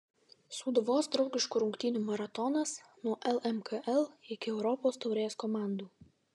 sūduvos draugiškų rungtynių maratonas nuo lmkl iki europos taurės komandų